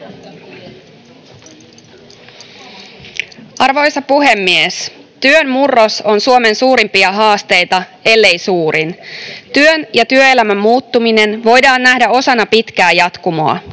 Arvoisa puhemies! Työn murros on Suomen suurimpia haasteita, ellei suurin. Työn ja työelämän muuttuminen voidaan nähdä osana pitkää jatkumoa.